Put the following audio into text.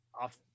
off